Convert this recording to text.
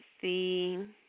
see